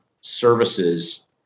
services